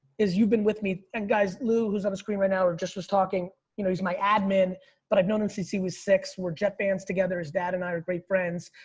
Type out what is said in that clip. is you've been with me. and guys, lou who's on the screen right now or just as talking. you know, he's my admin but i've known him since he was six. we're jet fans together, his dad and i are great friends.